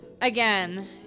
again